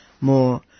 more